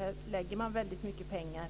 Här läggs det ned väldigt mycket pengar